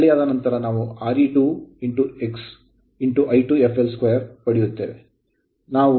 ಆದ್ದರಿಂದ ಬದಲಿಯಾದ ನಂತರ ನಾವು Re2 x I2 fl 2 ಪಡೆಯುತ್ತೇವೆ